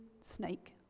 snake